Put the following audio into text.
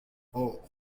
اوه